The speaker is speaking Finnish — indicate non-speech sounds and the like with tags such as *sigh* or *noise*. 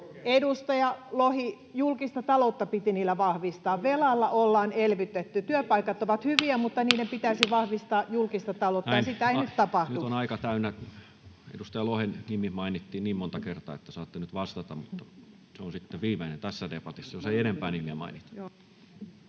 Edustaja Lohi, julkista taloutta piti niillä vahvistaa. Velalla ollaan elvytetty. — Työpaikat ovat hyviä, *noise* mutta niiden pitäisi vahvistaa julkista taloutta, ja sitä ei nyt tapahdu. Nyt on aika täynnä. — Edustaja Lohen nimi mainittiin niin monta kertaa, että saatte nyt vastata, mutta se on sitten viimeinen tässä debatissa, jos ei enempää nimeä mainita.